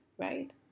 right